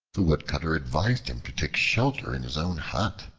the woodcutter advised him to take shelter in his own hut,